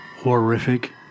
Horrific